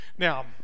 Now